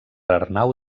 arnau